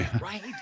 right